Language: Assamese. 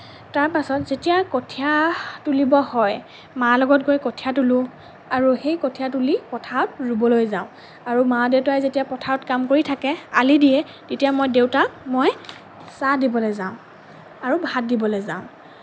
তাৰপিছত যেতিয়া কঠীয়া তুলিবৰ হয় মাৰ লগত গৈ কঠীয়া তুলোঁ আৰু সেই কঠীয়া তুলি পথাৰত ৰুবলৈ যাওঁ আৰু মা দেউতাই যেতিয়া পথাৰত কাম কৰি থাকে আলি দিয়ে তেতিয়া মই দেউতাক মই চাহ দিবলৈ যাওঁ আৰু ভাত দিবলৈ যাওঁ